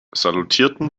salutierten